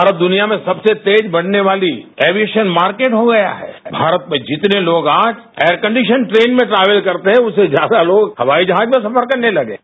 भारत दुनिया में सबसे तेजी बढ़ने वाली एविएशन मार्किट हो गया है भारत में जितने लोग आज एयरकंडीशन ट्रेन में ट्रैवल करते हैं उससे ज्यादा लोग हवाई जहाज में सफर करने लग गए हैं